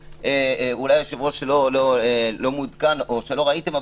אולי היושב-ראש לא מעודכן או שלא ראיתם,